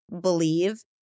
believe